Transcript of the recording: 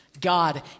God